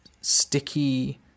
sticky